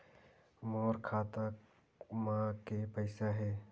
मोर खाता म के पईसा हे?